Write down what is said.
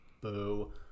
boo